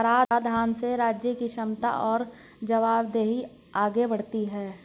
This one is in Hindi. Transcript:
कराधान से राज्य की क्षमता और जवाबदेही आगे बढ़ती है